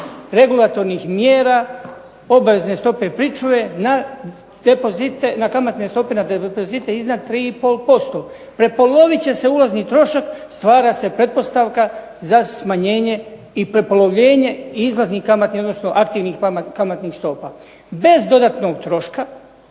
regulatornih mjera, obavezne stope pričuve na depozite, na kamatne stope na depozite iznad 3,5%. Prepolovit će se uvozni trošak, stvara se pretpostavka za smanjenje i prepolovljenje izlaznih kamatnih, odnosno aktivnih kamatnih stopa. Bez dodatnog troška,